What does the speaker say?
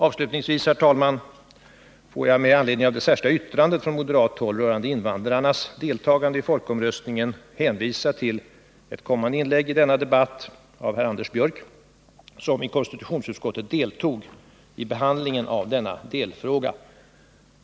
Avslutningsvis får jag, herr talman, med anledning av det särskilda yttrandet från moderat håll rörande invandrarnas deltagande i folkomröstningen hänvisa till ett kommande inlägg i denna debatt av herr Anders Björck, som i konstitutionsutskottet deltog i behandlingen av denna delfråga.